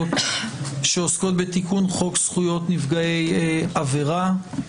שעוסקות בתיקון חוק זכויות נפגעי עבירה.